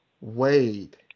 Wade